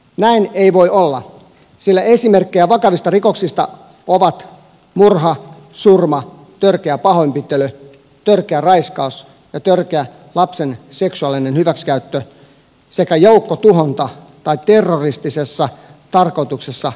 näin ei voi olla sillä esimerkkejä vakavista rikoksista ovat murha surma törkeä pahoinpitely törkeä raiskaus ja törkeä lapsen seksuaalinen hyväksikäyttö sekä joukkotuhonta tai terroristisessa tarkoituksessa tehty rikos